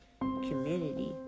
community